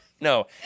No